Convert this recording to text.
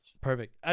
Perfect